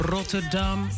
Rotterdam